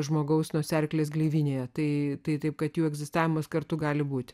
žmogaus nosiaryklės gleivinėje tai taip kad jų egzistavimas kartu gali būti